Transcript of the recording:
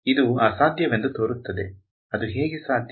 ಇದು ಅಸಾಧ್ಯವೆಂದು ತೋರುತ್ತದೆ ಅದು ಹೇಗೆ ಸಾಧ್ಯ